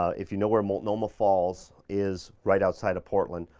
ah if you know where multnomah falls, is right outside of portland,